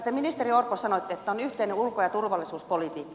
te ministeri orpo sanoitte että on yhteinen ulko ja turvallisuuspolitiikka